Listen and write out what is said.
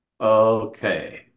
okay